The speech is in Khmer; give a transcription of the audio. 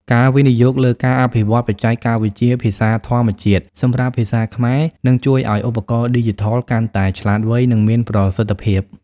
ការវិនិយោគលើការអភិវឌ្ឍបច្ចេកវិទ្យាភាសាធម្មជាតិ សម្រាប់ភាសាខ្មែរ នឹងជួយឱ្យឧបករណ៍ឌីជីថលកាន់តែឆ្លាតវៃ និងមានប្រសិទ្ធភាព។